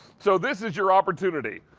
so this is your opportunity.